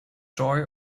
joy